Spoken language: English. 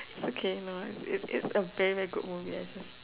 it's okay no it it's a very very good movie I just